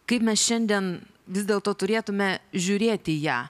kaip mes šiandien vis dėlto turėtume žiūrėti į ją